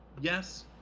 yes